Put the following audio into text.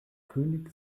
könig